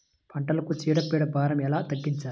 పంటలకు చీడ పీడల భారం ఎలా తగ్గించాలి?